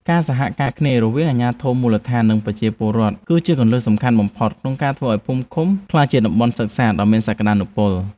ការសហការគ្នារវាងអាជ្ញាធរមូលដ្ឋាននិងប្រជាពលរដ្ឋ គឺជាគន្លឹះសំខាន់បំផុតក្នុងការធ្វើឱ្យភូមិឃុំក្លាយជាតំបន់សិក្សាដ៏មានសក្តានុពល។